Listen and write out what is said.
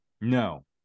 No